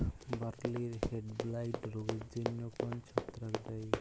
বার্লির হেডব্লাইট রোগের জন্য কোন ছত্রাক দায়ী?